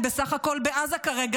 הם בסך הכול בעזה כרגע,